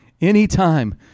Anytime